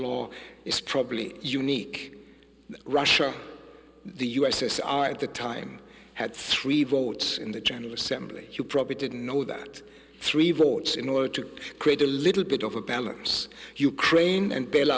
law is probably unique russia the us s r at the time had three votes in the general assembly you probably didn't know that three votes in order to create a little bit of a balance ukraine and b